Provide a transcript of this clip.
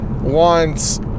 wants